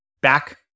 back